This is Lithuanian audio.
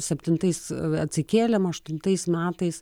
septintaisiais atsikėlėm aštuntais metais